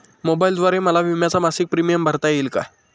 मोबाईलद्वारे मला विम्याचा मासिक प्रीमियम भरता येईल का?